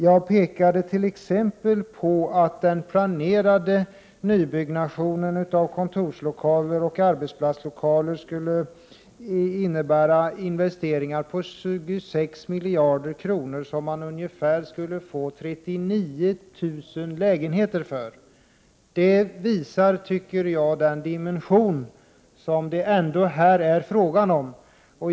Jag visade exempelvis på att det planerade byggandet av kontorslokaler och arbetsplatslokaler skulle innebära investeringar på 26 miljarder kronor för vilka man ungefär skulle få 39 000 lägenheter. Jag tycker att detta visar på den dimension som det här är fråga om.